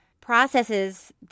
processes